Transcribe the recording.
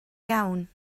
iawn